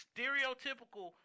Stereotypical